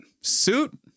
suit